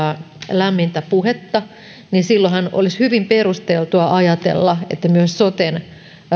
lämmintä puhetta silloinhan olisi hyvin perusteltua ajatella että myös soten